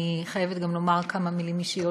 אני חייבת גם לומר כמה מילים אישיות,